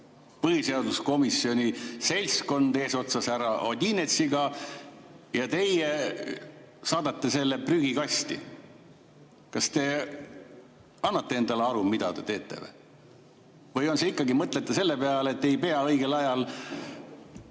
põhiseaduskomisjoni seltskond eesotsas härra Odinetsiga saadab selle prügikasti. Kas te annate endale aru, mida te teete? Või ikkagi mõtlete selle peale, et ei peaks õigel ajal